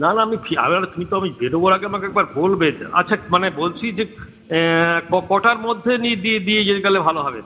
না না আমি ফি আরে আরে ফিরতে হবে বেরোবার আগে আমাকে একবার বলবে যা আচ্ছা মানে বলছি যে কটার মধ্যে নিই দিয়ে গেলে ভালো হবে